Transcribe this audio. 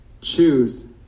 choose